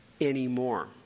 anymore